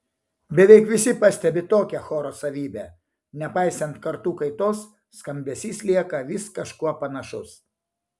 beveik visi pastebi tokią choro savybę nepaisant kartų kaitos skambesys lieka vis kažkuo panašus